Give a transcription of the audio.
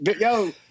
yo